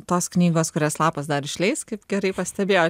tos knygos kurias lapas dar išleis kaip gerai pastebėjot